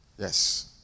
Yes